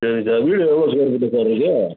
சரிங்க சார் வீடு எவ்வளோ ஸ்கொயர் ஃபீட்டு சார் இருக்குது